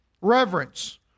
Reverence